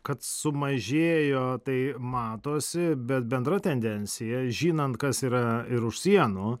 kad sumažėjo tai matosi bet bendra tendencija žinant kas yra ir už sienų